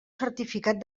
certificat